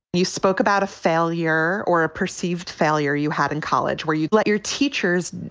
you spoke about a failure or a perceived failure you had in college where you let your teachers